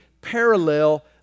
parallel